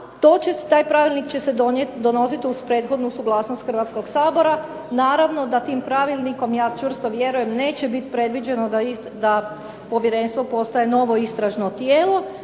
taj pravilnik će se donositi uz prethodnu suglasnost Hrvatskog sabora. Naravno da tim pravilnikom, ja čvrsto vjerujem, neće biti predviđeno da povjerenstvo postaje novo istražno tijelo